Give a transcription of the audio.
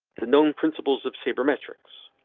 the known principles of sabermetrics.